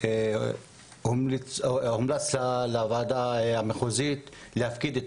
והומלץ לוועדה המחוזית להפקיד את